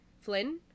Flynn